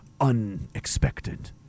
unexpected